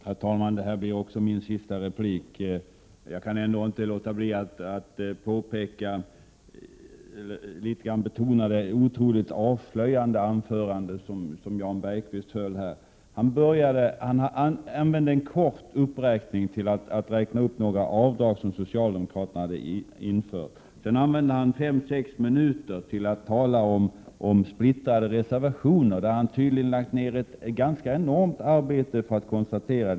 Herr talman! Det här blir också mitt sista inlägg. Men jag kan ändå inte låta bli att litet grand kommentera det otroligt avslöjande anförande som Jan Bergqvist här höll. Han började med att kort räkna upp några avdrag som socialdemokraterna hade infört. Sedan använde han fem sex minuter till att tala om att det rådde splittring beträffande våra reservationer, vilket han tydligen hade lagt ned ett ganska omfattande arbete på för att kunna konstatera.